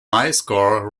mysore